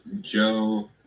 Joe